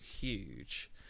huge